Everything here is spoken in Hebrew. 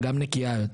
וגם נקייה יותר.